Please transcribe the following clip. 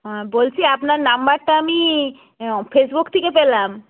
হ্যাঁ বলছি আপনার নাম্বারটা আমি ফেসবুক থেকে পেলাম